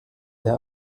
der